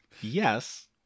yes